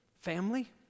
family